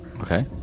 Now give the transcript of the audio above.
Okay